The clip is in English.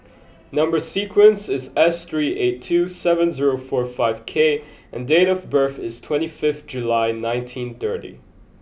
number sequence is S three eight two seven zero four five K and date of birth is twenty fifth July nineteen thirty